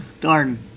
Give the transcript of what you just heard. darn